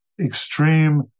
extreme